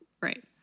Right